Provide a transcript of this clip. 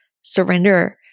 surrender